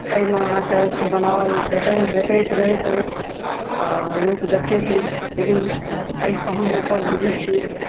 एहिमे अहाँके से बनाओल भेटैत रहैत अछि आओर लोक देखैत अछि लेकिन एहिसँ हम ऊपर बुझैत छी